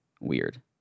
weird